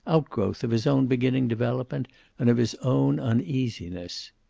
outgrowth of his own beginning development and of his own uneasiness.